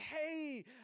hey